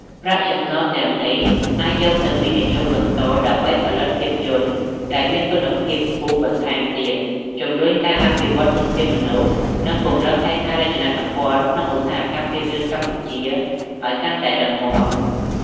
ប្រាក់ចំណូលទាំងនេះអាចយកទៅវិនិយោគបន្តដើម្បីផលិតភាពយន្តដែលមានគុណភាពខ្ពស់បន្ថែមទៀត ជំរុញការអភិវឌ្ឍធនធានមនុស្ស និងពង្រឹងហេដ្ឋារចនាសម្ព័ន្ធក្នុងឧស្សាហកម្មភាពយន្តកម្ពុជាឱ្យកាន់តែរឹងមាំ។